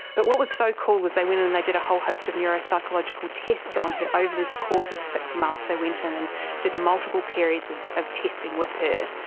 but what was so cool was they went in and they did a whole host of neuropsychological tests on her over the course of six months, they went in and did multiple periods of of testing with her.